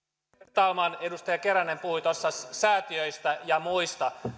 talman edustaja keränen puhui tuossa säätiöistä ja muista